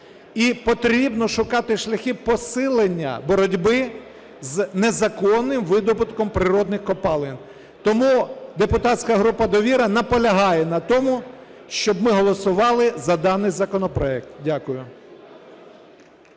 І потрібно шукати шляхи посилення боротьби з незаконним видобутком природних копалин. Тому депутатська група "Довіра" наполягає на тому, щоб ми голосували за даний законопроект. Дякую.